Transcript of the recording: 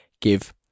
give